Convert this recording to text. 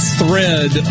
thread